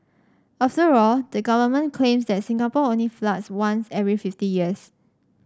after all the government claims that Singapore only floods once every fifty years